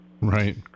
right